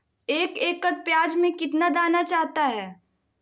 एक एकड़ प्याज में कितना दाना चाहता है?